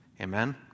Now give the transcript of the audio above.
Amen